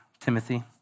Timothy